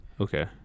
Okay